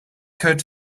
coat